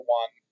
one